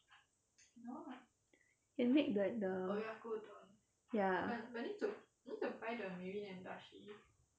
you can make like the ya